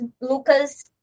Lucas